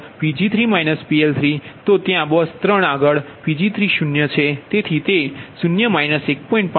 તો ત્યાં બસ 3 આગલ Pg3 0 છે